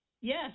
yes